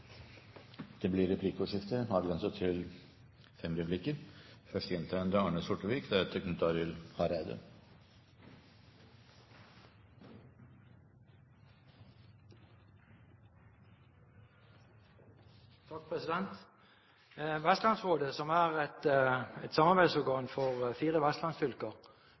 Det blir replikkordskifte. Vestlandsrådet, som er et samarbeidsorgan for fire vestlandsfylker